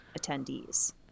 attendees